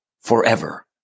forever